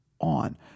on